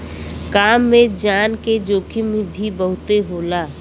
काम में जान के जोखिम भी बहुते होला